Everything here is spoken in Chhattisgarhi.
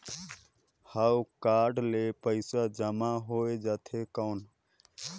हव कारड ले पइसा जमा हो जाथे कौन?